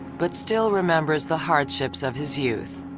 but still remembers the hardships of his youth.